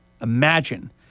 Imagine